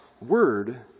Word